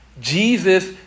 Jesus